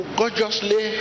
gorgeously